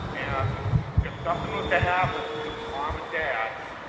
and if something was to happen to mom and dad